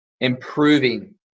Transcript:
improving